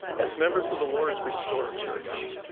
as members of the lord's restored church,